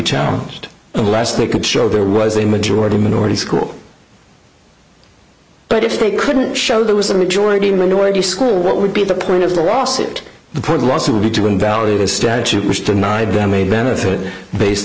challenged unless they could show there was a majority minority school but if they couldn't show there was a majority minority school what would be the point of the lawsuit the court lawsuit to invalidate a statute